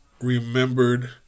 remembered